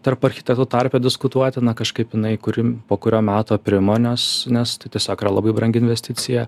tarp architektų tarpe diskutuotina kažkaip jinai kuri po kurio meto aprimo nes nes tai tiesiog yra labai brangi investicija